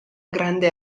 grande